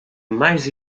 mais